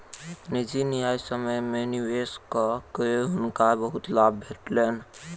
निजी न्यायसम्य में निवेश कअ के हुनका बहुत लाभ भेटलैन